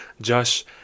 Josh